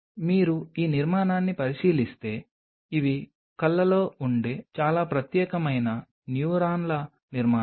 మీరు ఈ నిర్మాణాన్ని పరిశీలిస్తే ఇవి కళ్ళలో ఉండే చాలా ప్రత్యేకమైన న్యూరానల్ నిర్మాణాలు